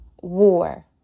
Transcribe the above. war